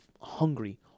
hungry